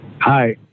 Hi